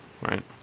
right